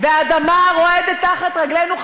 והאדמה רועדת תחת רגלינו.